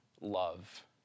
love